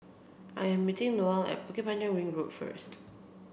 I am meeting Noel at Bukit Panjang Ring Road first